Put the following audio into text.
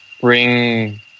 bring